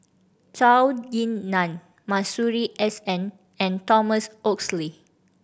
Zhou Ying Nan Masuri S N and Thomas Oxley